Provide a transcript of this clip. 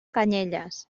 canyelles